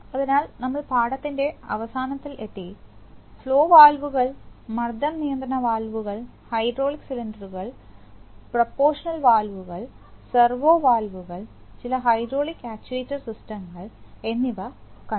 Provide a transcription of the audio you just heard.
അതിനാൽ നമ്മൾ പാഠത്തിൻറെ അവസാനത്തിൽ എത്തി ഫ്ലോവാൽവുകൾ മർദ്ദം നിയന്ത്രണ വാൽവുകൾ ഹൈഡ്രോളിക് സിലിണ്ടറുകൾ പ്രപോർഷനൽ വാൽവുകൾ സെർവോ വാൽവുകൾ ചില ഹൈഡ്രോളിക് ആചുവേറ്റ്ർ സിസ്റ്റങ്ങൾ എന്നിവ കണ്ടു